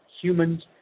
humans